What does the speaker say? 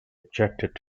objected